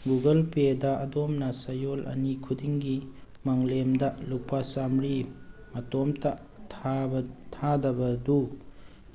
Google ꯄꯦꯗ ꯑꯗꯣꯝꯅ ꯆꯌꯣꯜ ꯑꯅꯤ ꯈꯨꯗꯤꯡꯒꯤ ꯃꯪꯂꯦꯝꯗ ꯂꯨꯄꯥ ꯆꯥꯝꯃ꯭ꯔꯤ ꯃꯇꯣꯝꯇ ꯊꯥꯕ ꯊꯥꯗꯕꯗꯨ